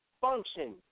function